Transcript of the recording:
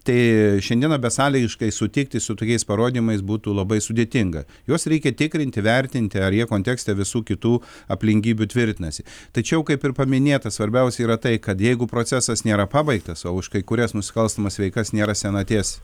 tai šiandieną besąlygiškai sutikti su tokiais parodymais būtų labai sudėtinga juos reikia tikrinti vertinti ar jie kontekste visų kitų aplinkybių tvirtinasi tačiau kaip ir paminėta svarbiausia yra tai kad jeigu procesas nėra pabaigtas o už kai kurias nusikalstamas veikas nėra senaties